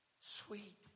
sweet